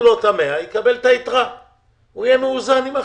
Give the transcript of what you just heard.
לו את ה-100 והוא יקבל את היתרה ויהיה מאוזן עם אחרים.